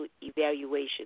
evaluation